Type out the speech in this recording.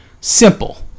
simple